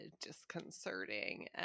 disconcerting